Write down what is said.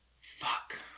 Fuck